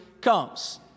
comes